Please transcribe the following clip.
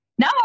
No